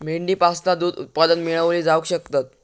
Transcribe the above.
मेंढीपासना दूध उत्पादना मेळवली जावक शकतत